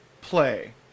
play